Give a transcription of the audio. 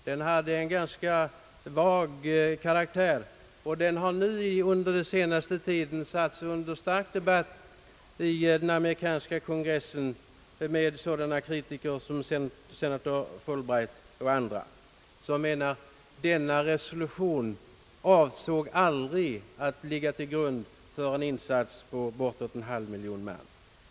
Den hade en ganska vag karaktär och har på senaste tiden satts under stark debatt i den amerikanska kongressen, med sådana kritiker som senator Fulbright och andra som menar att denna resolution aldrig avsåg att ligga till grund för en krigsinsats på bortåt en halv miljon man.